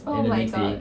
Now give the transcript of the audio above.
oh my god